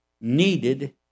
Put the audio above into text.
needed